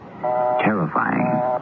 terrifying